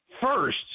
first